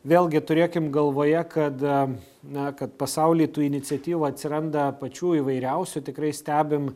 vėlgi turėkim galvoje kad na kad pasauly tų iniciatyvų atsiranda pačių įvairiausių tikrai stebim